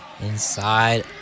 inside